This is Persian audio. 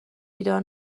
بیدار